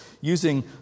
using